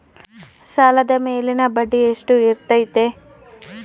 ಸಾಲದ ಮೇಲಿನ ಬಡ್ಡಿ ಎಷ್ಟು ಇರ್ತೈತೆ?